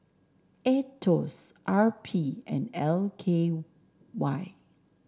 Aetos R P and L K Y